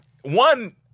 one